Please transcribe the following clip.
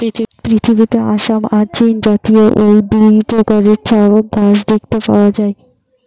পৃথিবীতে আসাম আর চীনজাতীয় অউ দুই প্রকারের চা গাছ দেখতে পাওয়া যায়